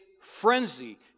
frenzy